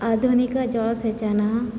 आधुनिकजलसेचनम्